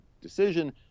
decision